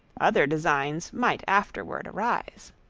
other designs might afterward arise.